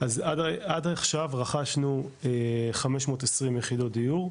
אז עד עכשיו רכשנו 520 יחידות דיור,